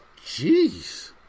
Jeez